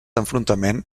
enfrontament